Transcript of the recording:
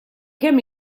kemm